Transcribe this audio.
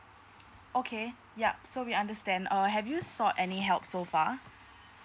okay yup so we understand err have you saw any help so far